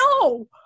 no